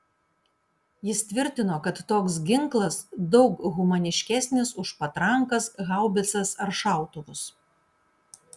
jis tvirtino kad toks ginklas daug humaniškesnis už patrankas haubicas ar šautuvus